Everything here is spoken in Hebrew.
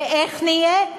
ואיך נהיה?